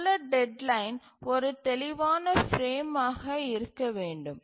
அங்குள்ள டெட்லைன் ஒரு தெளிவான பிரேம் ஆக இருக்க வேண்டும்